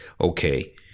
okay